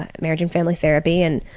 ah marriage and family therapy, and